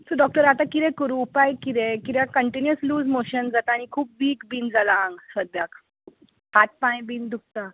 so doctor आतां कितें करूं काय कित्याक कंटिन्युयस लूज मॉशन जाता आनी खूब वीक बी जालां आंग सद्द्यांक हात पांय बी दुकतात